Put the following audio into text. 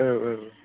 औ औ